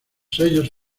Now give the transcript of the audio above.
sellos